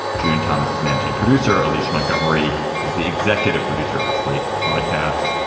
june thomas is managing producer. alicia montgomery is the executive producer of slate podcasts.